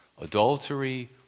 adultery